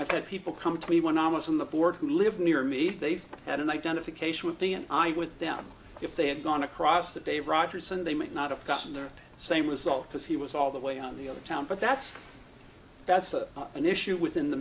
i've had people come to me when i was on the board who live near me they've had an identification with the and i with them if they had gone across to day rogers and they might not have gotten their same result because he was all the way on the other town but that's that's an issue within the